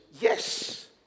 Yes